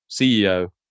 CEO